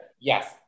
Yes